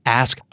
ask